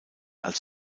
als